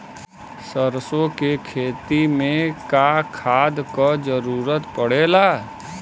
सरसो के खेती में का खाद क जरूरत पड़ेला?